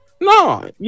No